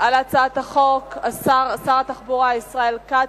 על הצעת החוק שר התחבורה ישראל כץ.